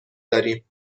داریم